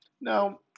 Now